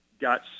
got